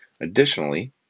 Additionally